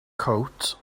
coat